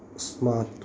smart